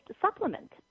supplement